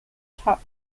top